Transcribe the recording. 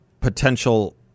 potential